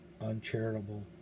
uncharitable